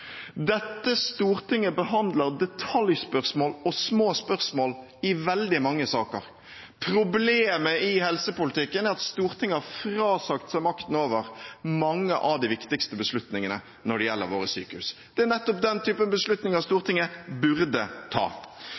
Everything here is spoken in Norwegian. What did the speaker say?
Dette Stortinget behandler detaljspørsmål og små spørsmål i veldig mange saker. Problemet i helsepolitikken er at Stortinget har frasagt seg makten over mange av de viktigste beslutningene når det gjelder våre sykehus. Det er nettopp den typen beslutninger Stortinget burde ta.